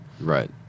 Right